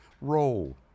roll